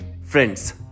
Friends